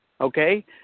okay